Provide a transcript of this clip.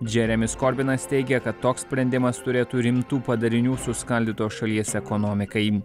džeremis korbinas teigia kad toks sprendimas turėtų rimtų padarinių suskaldytos šalies ekonomikai